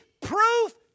proof